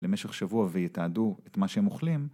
למשך שבוע, ויתעדו את מה שהם אוכלים...